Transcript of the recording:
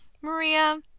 Maria